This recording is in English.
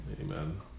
Amen